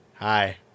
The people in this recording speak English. Hi